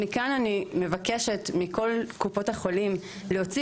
מכאן אני מבקשת מכל קופות החולים להוציא